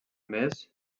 més